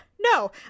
No